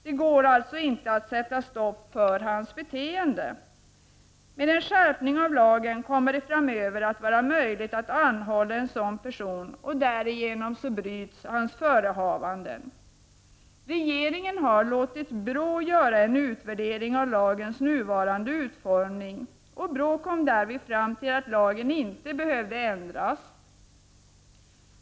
Det är alltså inte möjligt att sätta stopp för hans beteende. I och med att lagen skärps kommer det framöver att vara möjligt att anhålla en sådan person, och därigenom bryts hans förehavanden. Regeringen har låtit BRÅ göra en utvärdering av lagens nuvarande utformning. BRÅ kom då fram till att lagen inte behövde ändras.